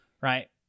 Right